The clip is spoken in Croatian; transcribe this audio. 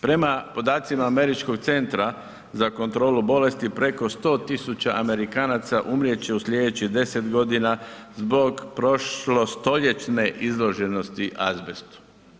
Prema podacima američkog Centra za kontrolu bolesti preko 100 tisuća Amerikanaca umrijet će u sljedećih 10 godina zbog prošlostoljetne izloženosti azbestu.